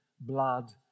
blood